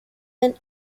and